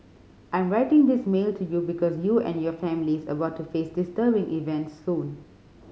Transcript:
I am writing this mail to you because you and your family is about to face disturbing events soon